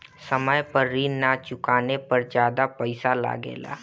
समय पर ऋण ना चुकाने पर ज्यादा पईसा लगेला?